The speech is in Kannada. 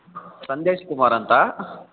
ಸಂದೇಶ್ ಕುಮಾರ ಅಂತ